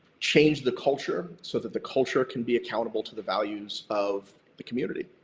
change the culture, so that the culture can be accountable to the values of the community.